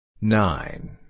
nine